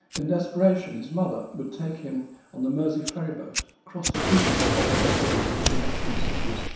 in desperation his mother would take him on the mersey ferry boat, crossing fruitlessly back and forth between the twin cities,